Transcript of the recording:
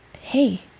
hey